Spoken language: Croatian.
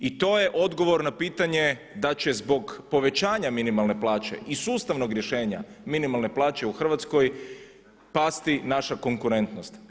I to je odgovor na pitanje da će zbog povećanje minimalne plaće i sustavnog rješenja minimalne plaće u Hrvatskoj pasti naša konkurentnost.